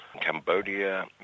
Cambodia